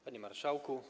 Panie Marszałku!